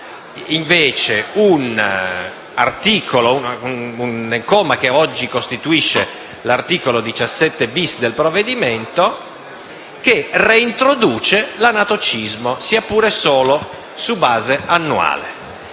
invece un comma, che oggi costituisce l'articolo 17*-bis* del provvedimento, che reintroduce l'anatocismo, sia pure solo su base annuale.